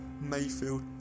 Mayfield